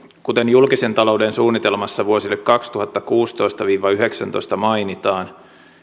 kuten julkisen talouden suunnitelmassa vuosille kaksituhattakuusitoista viiva yhdeksäntoista mainitaan